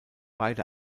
beide